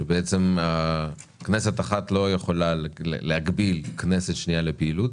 שבעצם כנסת אחת לא יכולה להגביל כנסת שנייה לפעילות